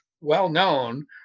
well-known